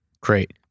Great